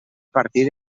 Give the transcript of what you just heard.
partir